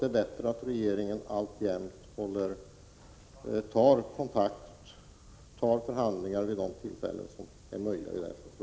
Det är bättre att regeringen för förhandlingar med de övriga nordiska länderna vid lämpliga tillfällen.